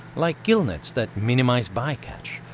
like gill nets that minimize by-catch,